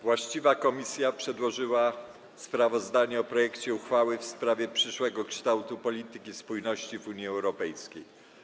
Właściwa komisja przedłożyła sprawozdanie o projekcie uchwały w sprawie przyszłego kształtu polityki spójności w Unii Europejskiej.